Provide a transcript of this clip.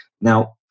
Now